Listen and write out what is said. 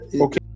okay